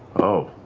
oh.